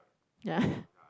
ya